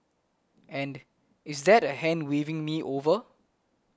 and is that a hand waving me over